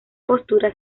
postura